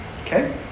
Okay